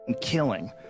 killing